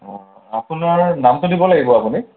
অঁ আপোনাৰ নামটো দিব লাগিব আপুনি